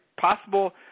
possible